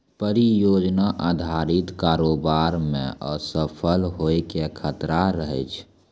परियोजना अधारित कारोबार मे असफल होय के खतरा रहै छै